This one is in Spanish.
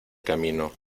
camino